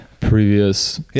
previous